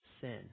sin